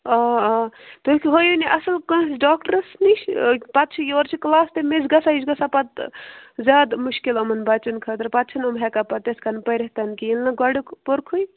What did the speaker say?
آ آ تُہۍ ہٲوۍہوٗن یہِ اَصٕل کانٛسہِ ڈاکٹرس نِش پتہٕ چھِ یورٕ چھِ کلاس تہِ مِس گژھان یہِ چھِ گژھان پتہٕ زیادٕ مُشکِل یِمَن بچن خٲطرٕ پتہٕ چھِنہٕ یِم ہیٚکان پتہٕ تِتھٕ کٔنۍ پٔرِتھ تہِ نہٕ کِہیٖنٛۍ ییٚلہِ نہٕ گۄڈیُک پوٚرکھُے